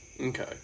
Okay